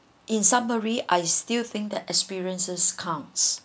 in summary I still think the experiences counts